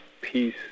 peace